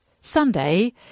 Sunday